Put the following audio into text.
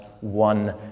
one